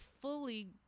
fully